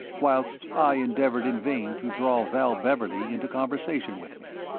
whilst i endeavoured in vain to draw val beverley into conversation with me.